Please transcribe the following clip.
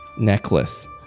Necklace